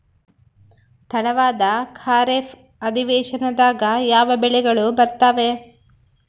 ತಡವಾದ ಖಾರೇಫ್ ಅಧಿವೇಶನದಾಗ ಯಾವ ಬೆಳೆಗಳು ಬರ್ತಾವೆ?